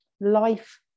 life